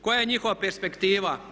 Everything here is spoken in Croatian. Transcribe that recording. Koja je njihova perspektiva?